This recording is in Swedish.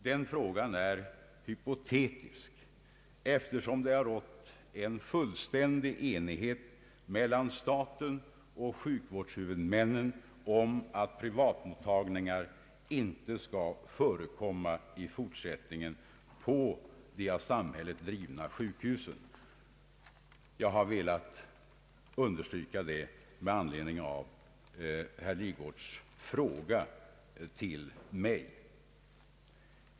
Den frågan är hypotetisk, eftersom det har rått fullständig enighet mellan staten och sjukvårdshuvudmännen om att privatmottagning inte skall förekomma i fortsättningen på de av samhället drivna sjukhusen. Jag har velat understryka detta med anledning av herr Lidgards fråga till mig.